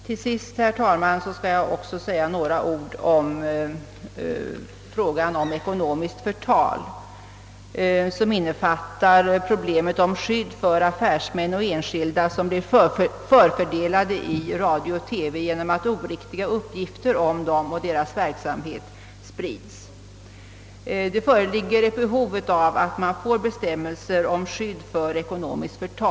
Till sist, herr talman, skall jag säga några ord om ekonomiskt förtal, som innefattar problemet om skydd för affärsmän och enskilda som blir förfördelade i radio och TV genom att oriktiga uppgifter om dem och deras verksamhet sprids. Det föreligger ett behov av bestämmelser om skydd mot ekonomiskt förtal.